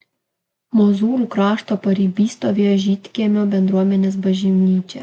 mozūrų krašto pariby stovėjo žydkiemio bendruomenės bažnyčia